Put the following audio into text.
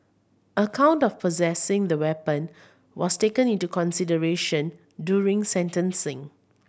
a count of possessing the weapon was taken into consideration during sentencing